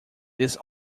this